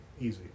Easy